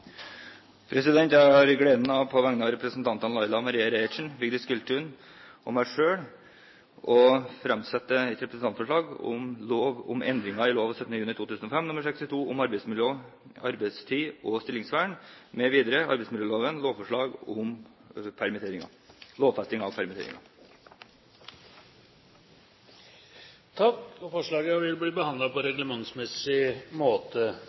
Jeg har gleden av på vegne av representantene Laila Marie Reiertsen, Vigdis Giltun og meg selv å framsette et representantforslag om lov om endringer i lov 17. juni 2005 nr. 62 om arbeidsmiljø, arbeidstid og stillingsvern mv. . Lovfesting av permitteringer. Forslagene vil bli behandlet på reglementsmessig måte.